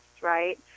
right